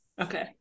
Okay